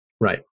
Right